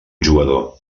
jugador